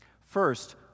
First